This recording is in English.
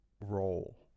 role